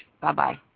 Bye-bye